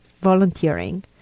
volunteering